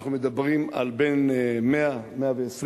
אנחנו מדברים על בין 100,000,